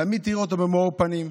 תמיד תראה אותו במאור פנים.